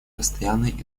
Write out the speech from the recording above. постоянной